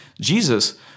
Jesus